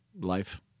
life